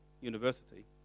university